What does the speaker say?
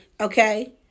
okay